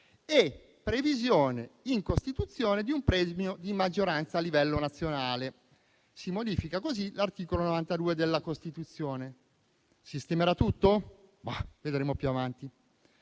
la previsione in Costituzione di un premio di maggioranza a livello nazionale, modificando così l'articolo 92 della Costituzione. Questo sistemerà tutto? Vedremo più avanti.